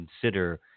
consider